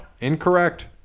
Incorrect